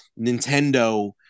Nintendo